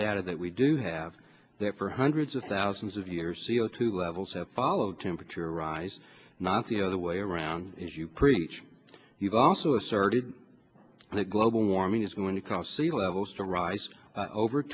data that we do have that for hundreds of thousands of years c o two levels followed temperature rise not the other way around if you preach you've also asserted that global warming is going to cost sea levels to rise over